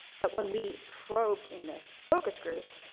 but when we probed in the focus groups,